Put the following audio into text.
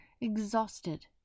exhausted